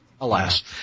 alas